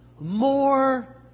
more